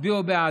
הצביעו בעד.